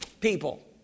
people